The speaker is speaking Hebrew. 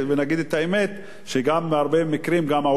שגם בהרבה מקרים גם האוצר או משרדי ממשלה